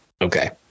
okay